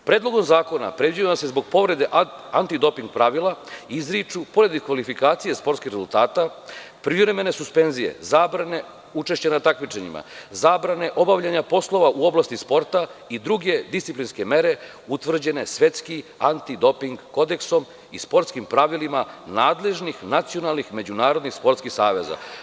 Predlogom zakona predviđa se zbog povrede anti doping pravila izricanje pojedine kvalifikacije sportskih rezultata, privremene suspenzije, zabrane učešća na takmičenjima, zabrane obavljanja poslova u oblasti sporta i druge disciplinske mere utvrđene svetski anti doping kodeksom i sportskim pravilima nadležnih nacionalnih međunarodnih sportskih saveza.